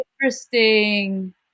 interesting